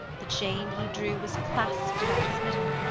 the chain he drew was clasped about his middle.